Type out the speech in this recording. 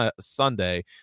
Sunday